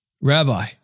Rabbi